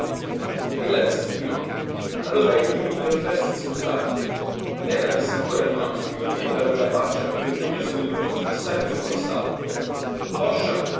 ella disse di no allora egli le offerse di sposarla lena disse ancor di no sbigottita da quella faccia e vergognosa di dover confessare il suo passato poscia